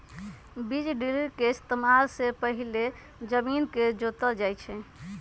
बीज ड्रिल के इस्तेमाल से पहिले जमीन के जोतल जाई छई